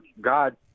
God